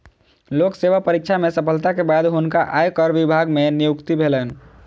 लोक सेवा परीक्षा में सफलता के बाद हुनका आयकर विभाग मे नियुक्ति भेलैन